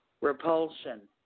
repulsion